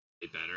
better